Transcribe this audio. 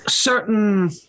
Certain